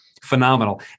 Phenomenal